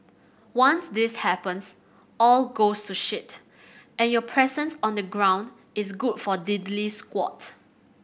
once this happens all goes to shit and your presence on the ground is good for diddly squat